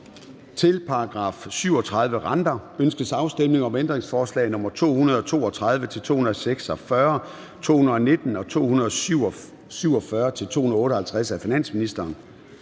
Til § 37. Renter. Ønskes afstemning om ændringsforslag nr. 232-246, 219 og 247-258 af finansministeren?